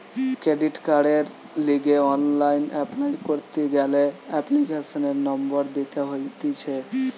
credit কার্ডের লিগে online apply করতি গ্যালে এপ্লিকেশনের নম্বর দিতে হতিছে